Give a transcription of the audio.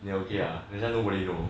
then okay ya lah that's why nobody know